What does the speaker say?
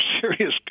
serious